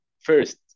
first